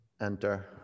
enter